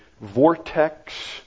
vortex